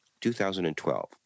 2012